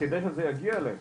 כדי שזה יגיע להם,